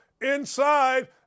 inside